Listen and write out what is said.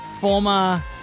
former